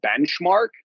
benchmark